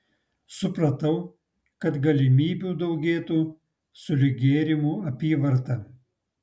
supratau kad galimybių daugėtų sulig gėrimų apyvarta